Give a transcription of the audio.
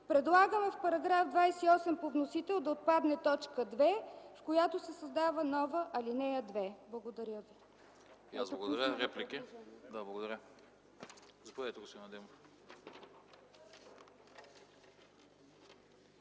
предлагаме в § 28 по вносител да отпадне т. 2, в която се създава нова ал. 2. Благодаря.